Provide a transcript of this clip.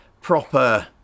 proper